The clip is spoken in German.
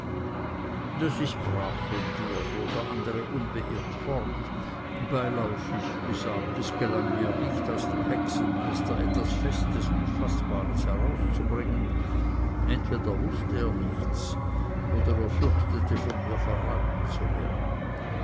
das ist brav von dir fuhr der andere unbeirrt fort beiläufig gesagt es gelang mir nicht aus dem hexenmeister etwas festes und faßbares herauszubringen entweder wußte er nichts oder er fürchtete von mir verraten zu werden